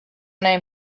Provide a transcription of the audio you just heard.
name